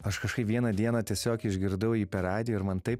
aš kažkaip vieną dieną tiesiog išgirdau jį per radiją ir man taip